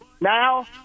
now